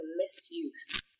misuse